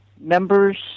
members